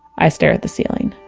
i stare at the ceiling